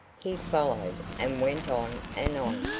he followed, and went on and on,